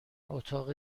اتاق